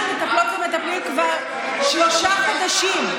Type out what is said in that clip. אנחנו מטפלות ומטפלים כבר שלושה חודשים.